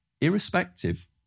irrespective